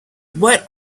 what